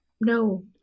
No